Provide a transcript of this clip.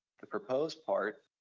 the proposed part,